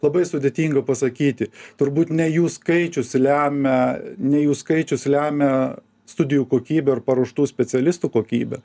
labai sudėtinga pasakyti turbūt ne jų skaičius lemia ne jų skaičius lemia studijų kokybę ar paruoštų specialistų kokybę